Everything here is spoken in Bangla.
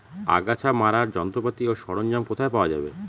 আগাছা মারার যন্ত্রপাতি ও সরঞ্জাম কোথায় পাওয়া যাবে?